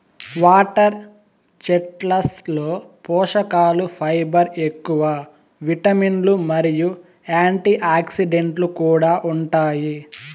water చెస్ట్నట్లలో పోషకలు fibre ఎక్కువ, విటమిన్లు మరియు యాంటీఆక్సిడెంట్లు కూడా ఉంటాయి